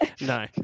No